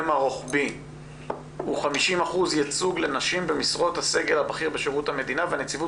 הרוחבי הוא 50% ייצוג לנשים במשרות הסגל הבכיר בשירות מדינה והנציבות